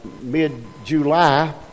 mid-July